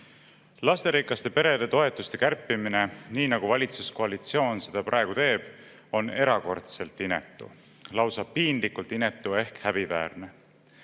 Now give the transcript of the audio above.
Lasterikaste perede toetuste kärpimine, nii nagu valitsuskoalitsioon seda praegu teeb, on erakordselt inetu, lausa piinlikult inetu ehk häbiväärne.